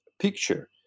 picture